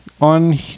on